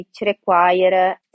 require